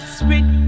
sweet